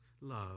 love